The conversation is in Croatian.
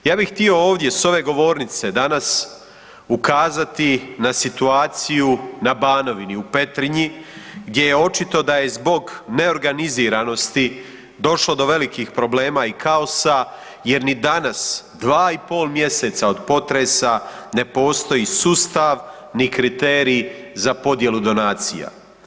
Ja bih htio ovdje s ove govornice danas ukazati na situaciju na Banovini u Petrinji gdje je očito da je zbog neorganiziranosti došlo do velikih problema i kaosa jer ni danas dva i pol mjeseca od potresa ne postoji sustav ni kriterij za podjelu donacija.